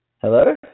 Hello